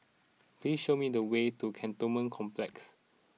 please show me the way to Cantonment Complex